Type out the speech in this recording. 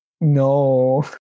no